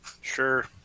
Sure